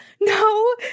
no